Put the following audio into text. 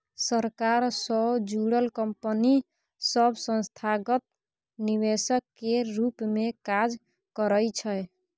सरकार सँ जुड़ल कंपनी सब संस्थागत निवेशक केर रूप मे काज करइ छै